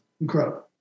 Incredible